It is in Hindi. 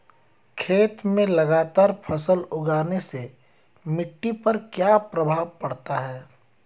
खेत में लगातार फसल उगाने से मिट्टी पर क्या प्रभाव पड़ता है?